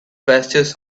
pastures